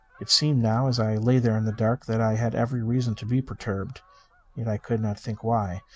it seemed now as i lay there in the dark that i had every reason to be perturbed, yet i could not think why.